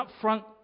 upfront